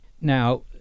Now